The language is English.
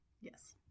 Yes